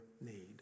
need